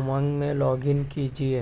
امنگ میں log in کیجیے